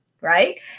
right